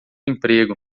emprego